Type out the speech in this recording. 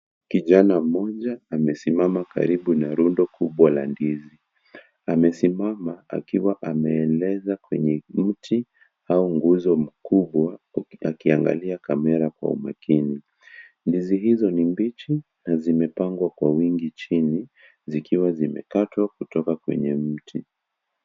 Kijana mmoja amesimama karibu na rundo kubwa la ndizi. Amesimama akiwa ameeleza kwenye nguti au nguzo mkubwa akiangalia kamera kwa umakini. Ndizi hizo ni mbichi na zimepangwa kwa wingi chini zikiwa zimekatwa kutoka kwenye mti.